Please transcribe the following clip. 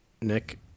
Nick